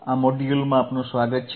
આ મોડ્યુલમાં આપનું સ્વાગત છે